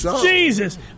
Jesus